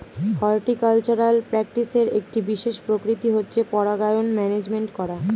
horticultural প্র্যাকটিসের একটি বিশেষ প্রকৃতি হচ্ছে পরাগায়ন ম্যানেজমেন্ট করা